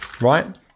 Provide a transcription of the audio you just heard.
right